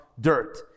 dirt